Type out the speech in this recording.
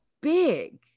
big